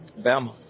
Bama